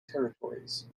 territories